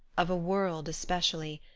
of a world especially,